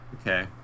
Okay